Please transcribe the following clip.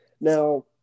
Now